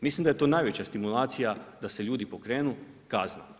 Mislim da je to najveća stimulacija da se ljudi pokrenu, kazne.